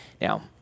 Now